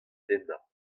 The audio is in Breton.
dennañ